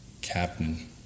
captain